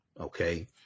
Okay